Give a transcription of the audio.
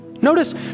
Notice